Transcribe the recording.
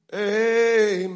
Amen